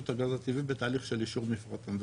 הגז הטבעי בתהליך של אישור מפרט הנדסי,